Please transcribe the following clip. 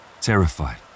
Terrified